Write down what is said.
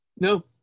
No